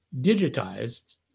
digitized